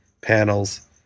panels